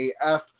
AF